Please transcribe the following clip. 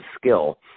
skill